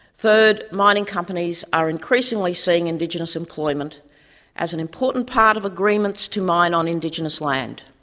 third, mining companies are increasingly seeing indigenous employment as an important part of agreements to mine on indigenous land.